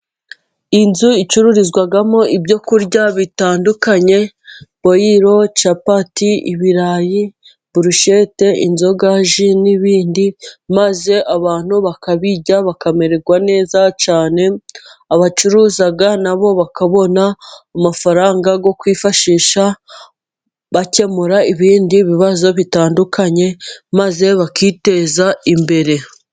Inzu icururizwamo ibyo kurya bitandukanye, boyiro, capati, ibirayi, burushete, inzoga, ji n'ibindi, maze abantu bakabirya bakamererwa neza cyane, abacuruza nabo bakabona amafaranga yo kwifashisha, bakemura ibindi bibazo bitandukanye, maze bakiteza imbere.